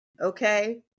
okay